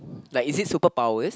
like is it superpowers